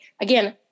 again